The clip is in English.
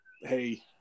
Hey